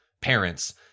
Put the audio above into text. parents